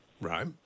Right